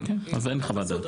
אוקיי, אז אין חוות דעת.